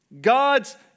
God's